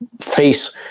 face